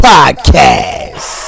Podcast